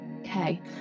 okay